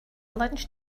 lunch